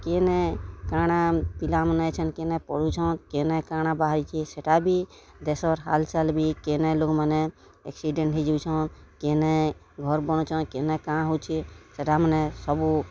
କେନେ କାଣା ପିଲାମାନେ ଏଛେନ୍ କେନେ ପଢ଼ୁଛନ୍ କେନେ କାଣା ବାହାରିଛେ ସେଟା ବି ଦେଶର୍ ହାଲ୍ଚାଲ୍ ବି କେନେ ଲୋକ୍ମାନେ ଏକ୍ସିଡ଼େଣ୍ଟ୍ ହେଇଯାଉଛନ୍ କେନେ ଘର୍ ବନଉଛନ୍ କେନେ କାଣ ହଉଛେ ସେଟାମାନେ ସବୁ